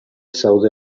zaude